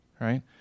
right